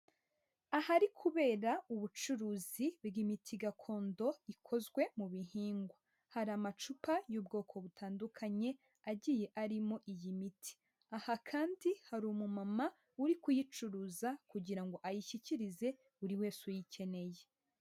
Ahari kubera ubucuruzi bw'imiti gakondo ikozwe mu bihingwa. Hari amacupa y'ubwoko butandukanye agiye arimo iyi miti, aha kandi hari umumama uri kuyicuruza kugira ngo ayishyikirize buri wese uyikeneye.